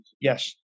Yes